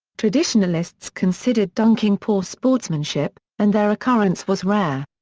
traditionalists considered dunking poor sportsmanship, and their occurrence was rare.